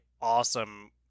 awesome